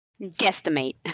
Guesstimate